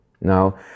Now